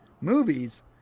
movies